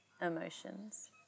emotions